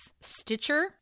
Stitcher